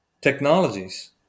technologies